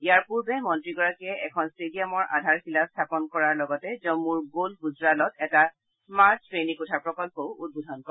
ইয়াৰ পূৰ্বে মন্ত্ৰীগৰাকীয়ে এখন ষ্টেডিয়ামৰ আধাৰশিলা স্থাপন কৰাৰ লগতে জম্মুৰ গল গুজৰালত এটা স্মাৰ্ট শ্ৰেণীকোঠা প্ৰকল্পও উদ্বোধন কৰে